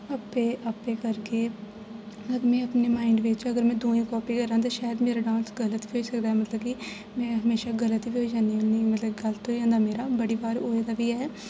ते आपे करगे मतलब में अपने माइंड बिच में अगर दुये दी कापी करां ते शायद मेरा डांस गलत बी होई सकदा ऐ मतलब कि में हमेशा गलत बी होई जन्नी होन्नी आं मतलब गलत होई जंदा मेरा बड़ी बार होए दा बी ऐ